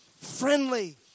friendly